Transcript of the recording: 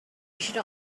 should